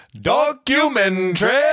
documentary